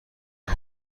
این